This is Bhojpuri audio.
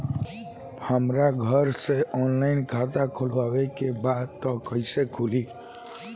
हमरा घरे से ऑनलाइन खाता खोलवावे के बा त कइसे खुली?